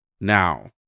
Now